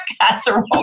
casserole